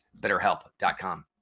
betterhelp.com